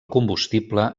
combustible